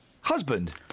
Husband